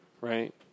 right